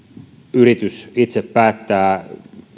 yritys itse päättää